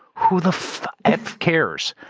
who the f cares?